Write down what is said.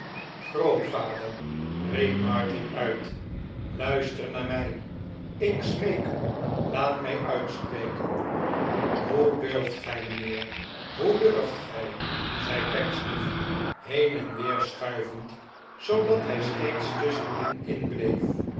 grootvader riep martin uit luister naar mij ik smeek u laat mij spreken hoe durft gij mijnheer hoe durft gij zei pecksniff heen en weerschuiverid zoodat hij steeds tusschen hen